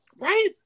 right